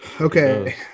Okay